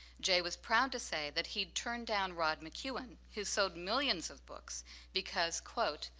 jay was proud to say that he'd turned down rod mckuen who sold millions of books because quote,